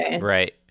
Right